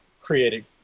created